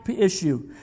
issue